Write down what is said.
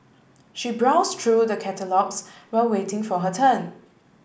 she browse true the catalogues while waiting for her turn